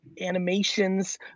animations